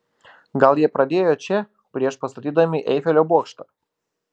gal jie pradėjo čia prieš pastatydami eifelio bokštą